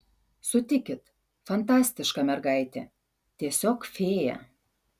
sutikit fantastiška mergaitė tiesiog fėja